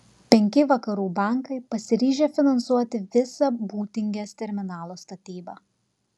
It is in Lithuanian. penki vakarų bankai pasiryžę finansuoti visą būtingės terminalo statybą